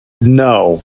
no